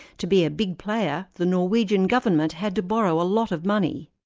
to be a big player, the norwegian government had to borrow a lot of money.